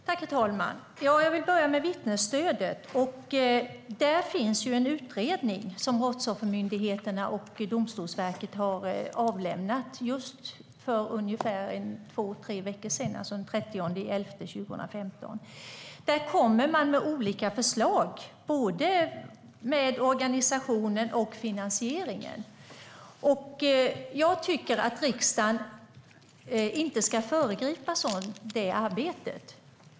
Herr talman! Jag vill börja med vittnesstödet. Det finns en utredning som Brottsoffermyndigheten och Domstolsverket har avlämnat den 30 november 2015, och där kommer man med olika förslag, både när det gäller organisationen och finansieringen. Jag tycker inte att riksdagen ska föregripa det arbetet.